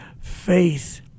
faith